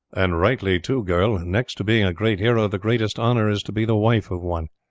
and rightly too, girl. next to being a great hero, the greatest honour is to be the wife of one.